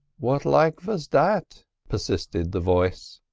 what like vas that? persisted the voice.